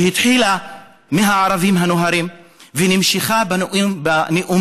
שהתחילה מהערבים הנוהרים ונמשכה בנאום